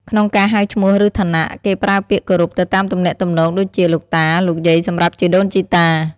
ក្នុងការហៅឈ្មោះឬឋានៈ គេប្រើពាក្យគោរពទៅតាមទំនាក់ទំនងដូចជា លោកតា លោកយាយសម្រាប់ជីដូនជីតា។